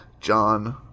John